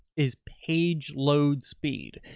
is page load speed.